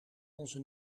onze